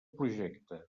projecte